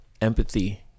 empathy